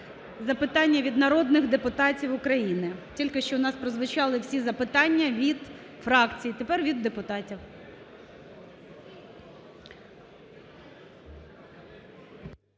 запитання від народних депутатів України. Тільки що у нас прозвучали всі запитання від фракцій, тепер – від депутатів.